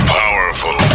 powerful